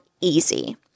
easy